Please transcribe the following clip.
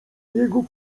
jego